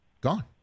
Gone